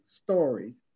stories